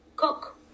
Cook